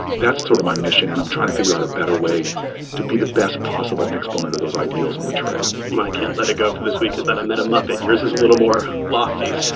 that's sort of my mission, and i'm trying to figure out a better way to be the best possible exponent of those ideals on the trail my can't let it go for this week is that i met a muppet. yours is a little more lofty so